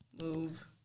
move